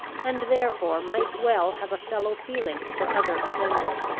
and therefore might well have a fellow-feeling for other offenders.